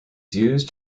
used